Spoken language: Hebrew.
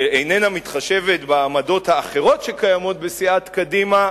ואיננה מתחשבת בעמדות האחרות שקיימות בסיעת קדימה,